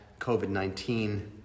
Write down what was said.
COVID-19